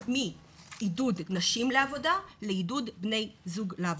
מעידוד נשים לעבודה לעידוד בני זוג לעבודה.